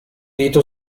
dito